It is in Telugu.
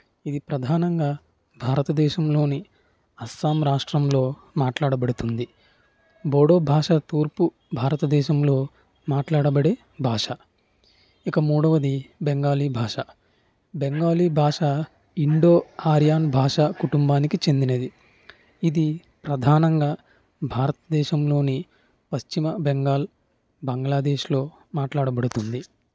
ఇది ప్రధానంగా భారతదేశంలోని అస్సాం రాష్ట్రంలో మాట్లాడబడుతుంది బోడో భాష తూర్పు భారతదేశంలో మాట్లాడబడే భాష ఇక మూడవది బెంగాలీ భాష బెంగాలీ భాషా ఇండో ఆర్యాన్ భాషా కుటుంబానికి చెందినది ఇది ప్రధానంగా భారత్దేశంలోని పశ్చిమ బెంగాల్ బంగ్లాదేశ్లో మాట్లాడబడుతుంది